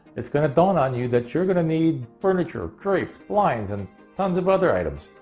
it's gonna dawn on you that you're gonna need furniture, drapes, blinds and tons of other items.